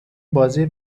بازی